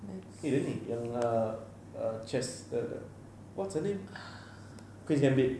eh really yang err chess what's her name queen's gambit